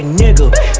nigga